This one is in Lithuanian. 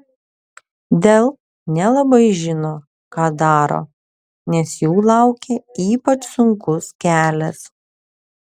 dell nelabai žino ką daro nes jų laukia ypač sunkus kelias